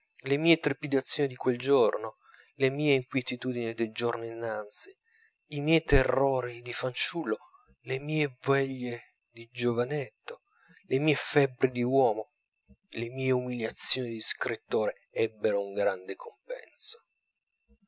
le mie trepidazioni di quel giorno le mie inquietudini dei giorni innanzi i miei terrori di fanciullo le mie veglie di giovanetto le mie febbri di uomo le mie umiliazioni di scrittore ebbero un grande compenso